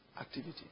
activity